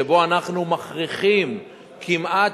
שבו אנחנו מכריחים כמעט,